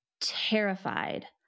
terrified